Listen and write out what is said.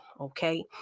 okay